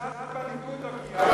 אבל משאל בליכוד לא קיימתם.